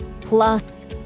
Plus